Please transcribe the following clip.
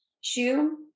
shoe